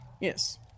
yes